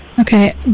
Okay